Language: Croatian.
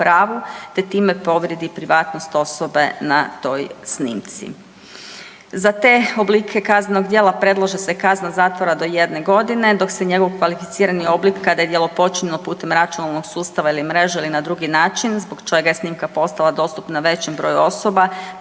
te time povrijedi privatnost osobe na toj snimci. Za te oblike kaznenog djela predlaže se kazna zatvora do 1 godine, dok se njegov kvalificirani oblik, kada je djelo počinjeno putem računalnog sustava ili mreže ili na drugi način, zbog čega je snimka postala dostupna većem broju osoba,